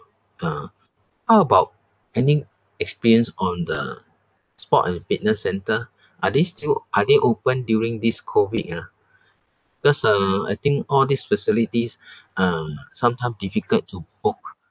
uh how about any experience on the sport and fitness centre are they still are they open during this COVID ah because uh I think all these facilities uh sometime difficult to book